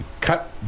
cut